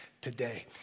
today